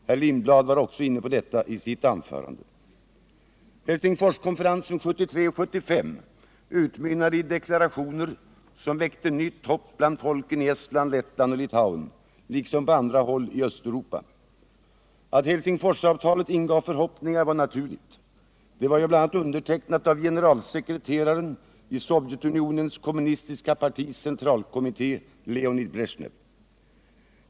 Helsingforskonferensen 1973-1975 utmynnade i deklarationer, som väckte nytt hopp bland folken i Estland, Lettland och Litauen liksom på andra håll i Östeuropa. Att Helsingforsavtalet ingav förhoppningar var naturligt. Det var ju bl.a. undertecknat av generalsekreteraren i Sovjetunionens kommunistiska partis centralkommitté, Leonid Bresjnev.